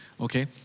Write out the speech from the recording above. Okay